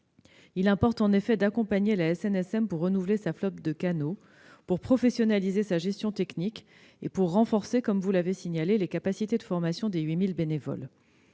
Il importe en effet d'accompagner la SNSM pour renouveler sa flotte de canots, pour professionnaliser sa gestion technique et, comme vous l'avez souligné, pour renforcer les capacités de formation des 8 000 bénévoles.